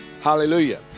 Hallelujah